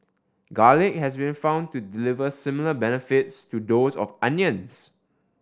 garlic has been found to deliver similar benefits to those of onions